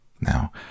now